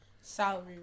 salary